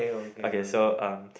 okay so um